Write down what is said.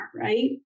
right